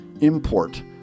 import